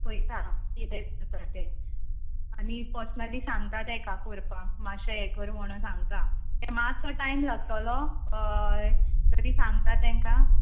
पळयता किदें जाता तें आनी पस्नली सांगता ताका करपाक मातशें हें कर म्हण सांगता तें मात्सो टायम लागतोलो हय तरी सांगता तांकां